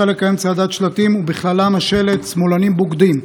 "שמאלנים בוגדים".